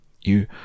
You